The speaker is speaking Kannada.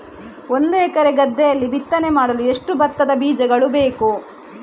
ಒಂದು ಎಕರೆ ಗದ್ದೆಯಲ್ಲಿ ಬಿತ್ತನೆ ಮಾಡಲು ಎಷ್ಟು ಭತ್ತದ ಬೀಜಗಳು ಬೇಕು?